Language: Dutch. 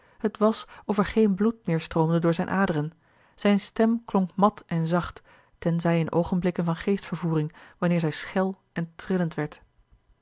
het was of er geen bloed meer stroomde door zijne aderen zijne stem klonk mat en zacht tenzij in oogenblikken van geestvervoering wanneer zij schel en trillend werd